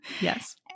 Yes